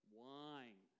wine